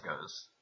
goes